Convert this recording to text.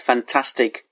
fantastic